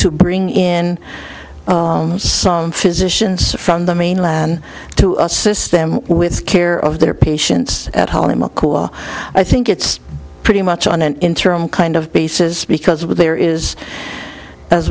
to bring in some physicians from the mainland to assist them with care of their patients at holly mccool i think it's pretty much on an interim kind of basis because when there is as